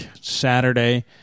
Saturday